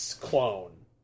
Clone